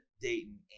Dayton